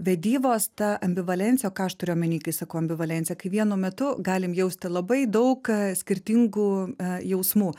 vedybos ta ambivalencija ką aš turiu omeny kai sakau ambivalencija kai vienu metu galim jausti labai daug skirtingų jausmų